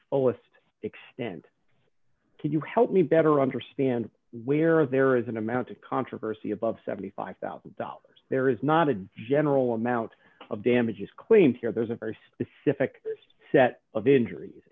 fullest extent can you help me better understand where there is an amount of controversy above seventy five thousand dollars there is not a general amount of damages claimed here there's a very specific set of injuries